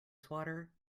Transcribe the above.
swatter